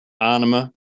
Anima